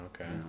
Okay